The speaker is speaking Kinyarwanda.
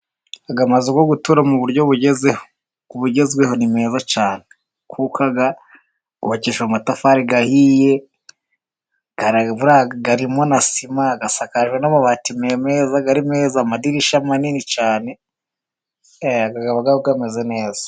Aya mazu yo gutura mu buryo bugezweho ni meza cyane kuko yubakishije amatafari ahiye, arimo na sima, asakajwe n'amabati meza, amadirisha manini cyane, urabona ameze neza.